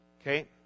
Okay